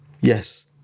Yes